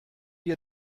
wir